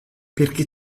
perché